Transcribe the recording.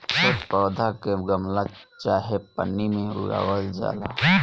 छोट पौधा के गमला चाहे पन्नी में उगावल जाला